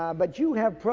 um but you have,